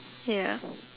ya